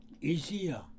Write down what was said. easier